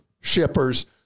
shippers